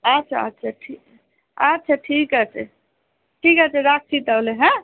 আচ্ছা আচ্ছা ঠিক আছে আচ্ছা ঠিক আচে ঠিক আছে রাখছি তাহলে হ্যাঁ